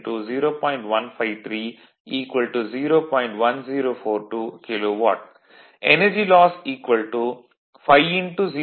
1042 KW energy loss 5 0